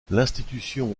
l’institution